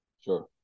Sure